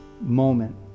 moment